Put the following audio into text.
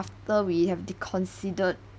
after we have the considered